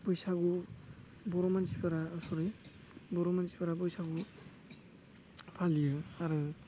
बैसागु बर' मानसिफोरा अह सरि बर' मानसिफोरा बैसागु फालियो आरो